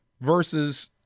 Versus